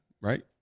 right